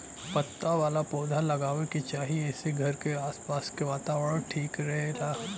पत्ता वाला पौधा लगावे के चाही एसे घर के आस पास के वातावरण ठीक रहेला